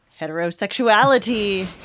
Heterosexuality